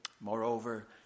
Moreover